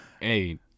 Hey